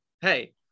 hey